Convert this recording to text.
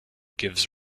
gives